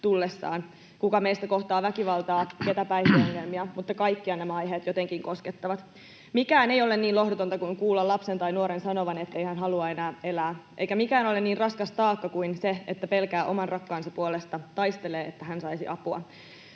tullessaan, kuka meistä kohtaa väkivaltaa, kuka päihdeongelmia, mutta kaikkia nämä aiheet jotenkin koskettavat. Mikään ei ole niin lohdutonta kuin kuulla lapsen tai nuoren sanovan, ettei hän halua enää elää, eikä mikään ole niin raskas taakka kuin se, että pelkää oman rakkaansa puolesta, taistelee, että hän saisi apua.